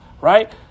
Right